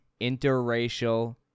interracial